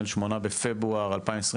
8 בפברואר 2023,